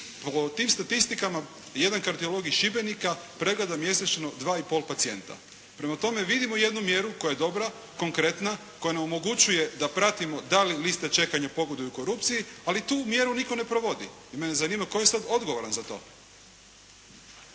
Po tim statistikama jedan kardiolog iz Šibenika pregleda mjesečno 2 i pol pacijenta. Prema tome, vidimo jednu mjeru koja je dobra, konkretna, koja nam omogućuje da pratimo da li liste čekanja pogoduju korupciji, ali tu mjeru nitko ne provodi i mene zanima tko je sad odgovoran za to?